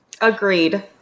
Agreed